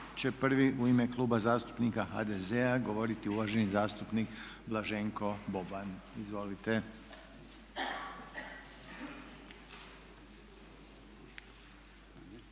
će prvi u ime Kluba zastupnika HDZ-a dobiti uvaženi zastupnik Blaženko Boban. Izvolite.